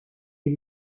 est